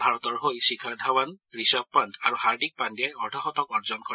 ভাৰতৰ হৈ শিখৰ ধাৱন ঋষভ পণ্ট আৰু হাৰ্দিক পাণ্ডিয়াই অৰ্ধশতক অৰ্জন কৰে